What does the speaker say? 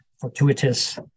fortuitous